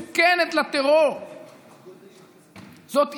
זה, כי אנחנו לא מוכנות לקבל זאת עוד.